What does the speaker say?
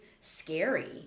scary